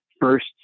first